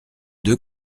deux